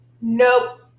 Nope